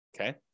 okay